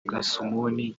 gasumuni